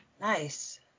Nice